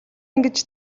ингэж